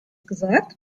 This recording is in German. gesagt